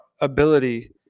ability